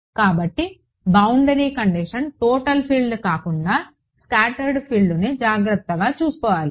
కాబట్టి boundary condition total field కాకుండా scattered ఫీల్డ్ను జాగ్రత్తగా చూసుకోవాలి